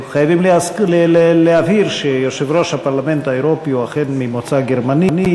חייבים להבהיר שיושב-ראש הפרלמנט האירופי הוא אכן ממוצא גרמני,